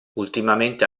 ultimamente